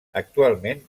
actualment